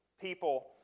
people